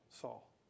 Saul